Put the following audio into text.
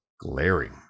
glaring